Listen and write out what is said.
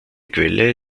quelle